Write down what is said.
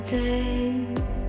days